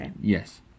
Yes